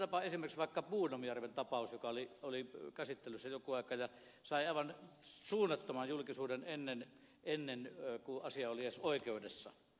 otetaanpa esimerkiksi vaikka bodom järven tapaus joka oli käsittelyssä joku aika sitten ja sai aivan suunnattoman julkisuuden ennen kuin asia oli edes oikeudessa